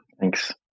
Thanks